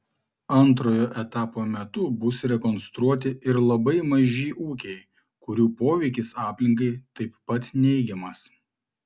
antrojo etapo metu bus rekonstruoti ir labai maži ūkiai kurių poveikis aplinkai taip pat neigiamas